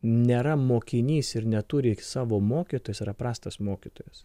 nėra mokinys ir neturi savo mokytojo tai jis yra prastas mokytojas